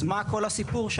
אז מה כל הסיפור?